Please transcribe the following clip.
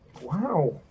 Wow